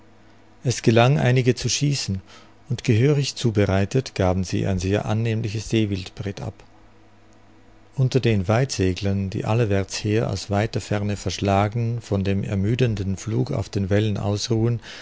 es gelang einige zu schießen und gehörig zubereitet gaben sie ein sehr annehmliches seewildpret ab unter den weitseglern die allerwärtsher aus weiter ferne verschlagen von dem ermüdenden flug auf den wellen ausruhen